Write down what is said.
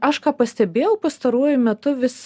aš ką pastebėjau pastaruoju metu vis